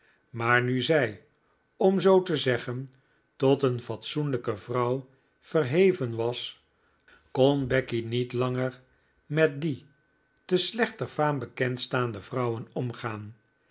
maar nu zij om zoo te zeggen tot een fatsoenlijke vrouw verheven was kon becky niet langer met die te slechter faam bekendstaande vrouwen omgaan